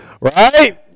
right